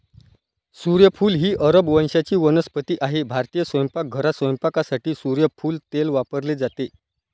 सूर्यफूल ही अरब वंशाची वनस्पती आहे भारतीय स्वयंपाकघरात स्वयंपाकासाठी सूर्यफूल तेल वापरले जाते